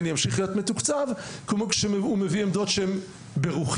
ימשיך להיות מתוקצב כמו שהוא מביא עמדות שהם ברוחי,